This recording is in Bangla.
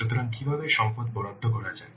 সুতরাং কীভাবে সম্পদ বরাদ্দ করা যায়